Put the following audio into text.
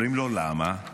אומרים לו: למה?